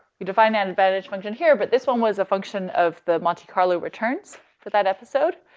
you define that advantage function here, but this one was a function of the monte carlo returns for that episode.